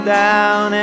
down